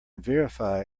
verify